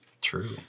True